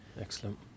Excellent